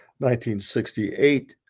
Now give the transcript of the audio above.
1968